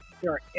Sure